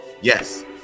yes